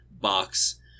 box